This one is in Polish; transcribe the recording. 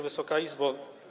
Wysoka Izbo!